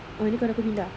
oh ni kawan aku pindah